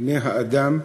בני-האדם,